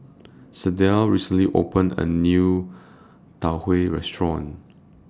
Sydell recently opened A New Tau Huay Restaurant